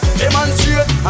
demonstrate